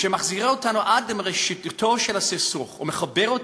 שמחזירה אותנו עד לראשיתו של הסכסוך ומחברת